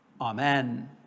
Amen